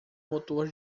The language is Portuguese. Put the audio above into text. motor